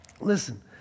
listen